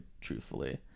truthfully